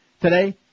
today